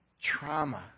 Trauma